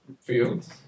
fields